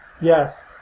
Yes